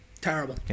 terrible